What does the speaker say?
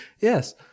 yes